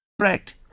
correct